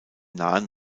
nahen